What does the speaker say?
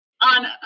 on